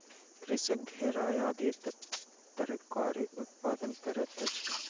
कृषक घेरा आदि तरकारीक उत्पादन करैत अछि